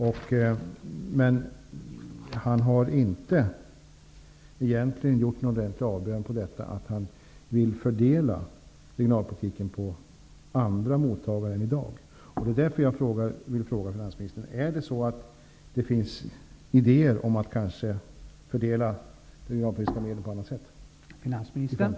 Men han har egentligen inte gjort någon ordentlig avbön när det gäller detta att han vill fördela de regionalpolitiska medlen på andra mottagare än i dag. Det är därför jag vill fråga finansministern om det finns idéer om att kanske fördela de regionalpolitiska medlen på annat sätt.